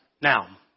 Now